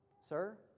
sir